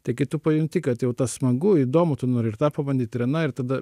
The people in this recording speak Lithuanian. tai kai tu pajunti kad jau tas smagu įdomu tu nori ir tą pabandyt ir aną ir tada